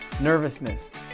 nervousness